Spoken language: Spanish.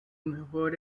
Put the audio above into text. mejor